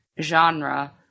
genre